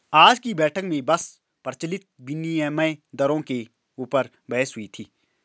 आज की बैठक में बस प्रचलित विनिमय दरों के ऊपर बहस हुई थी